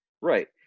right